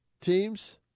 teams